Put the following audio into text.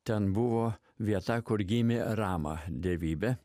ten buvo vieta kur gimė rama dievybė